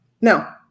No